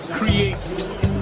creates